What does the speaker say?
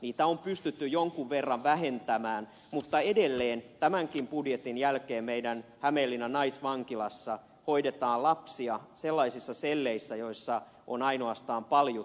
niitä on pystytty jonkin verran vähentämään mutta edelleen tämänkin budjetin jälkeen hämeenlinnan naisvankilassa hoidetaan lapsia sellaisissa selleissä joissa on ainoastaan paljut käytössä